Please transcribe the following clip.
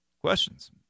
questions